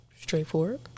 straightforward